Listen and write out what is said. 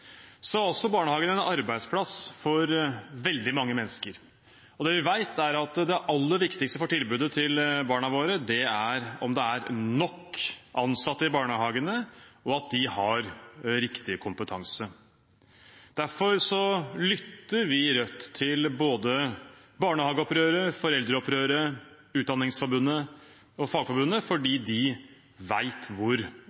for veldig mange mennesker, og vi vet at det aller viktigste for tilbudet til barna våre er at det er nok ansatte i barnehagene, og at de har riktig kompetanse. Derfor lytter vi i Rødt til både Barnehageopprøret, Foreldreopprøret, Utdanningsforbundet og Fagforbundet